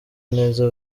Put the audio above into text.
neza